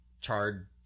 charred